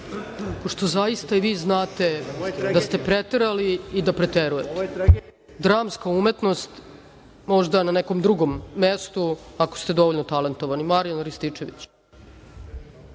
pošto zaista i vi znate da ste preterali i da preterujete. Dramska umetnost možda na nekom drugom mestu ako ste dovoljno talentovani. Marijan Rističević